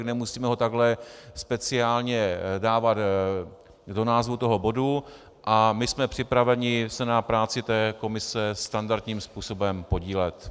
Nemusíme ho takto speciálně dávat do názvu bodu, a my jsme připraveni se na práci komise standardním způsobem podílet.